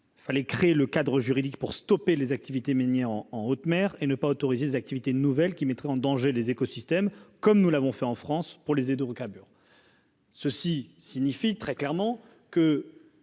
fallait créer le cadre juridique pour stopper les activités menées en en haute mer et ne pas autoriser des activités nouvelles qui mettrait en danger les écosystèmes, comme nous l'avons fait en France pour les aides carburant. Ceci signifie très clairement que,